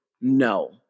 No